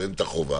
אין החובה